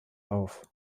auf